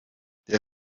der